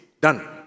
done